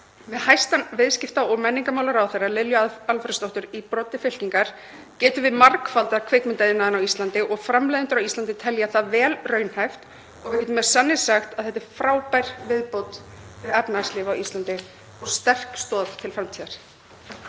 Með hæstv. viðskipta- og menningarmálaráðherra, Lilju Alfreðsdóttur, í broddi fylkingar getum við margfaldað kvikmyndaiðnaðinn á Íslandi og framleiðendur á Íslandi telja það vel raunhæft. Við getum með sanni sagt að þetta er frábær viðbót við efnahagslíf á Íslandi og sterk stoð til framtíðar.